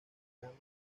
cámara